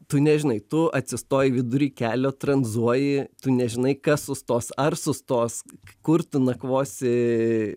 tu nežinai tu atsistoji vidury kelio tranzuoji tu nežinai kas sustos ar sustos kur tu nakvosi